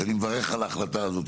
שאני מברך על ההחלטה הזו,